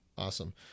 Awesome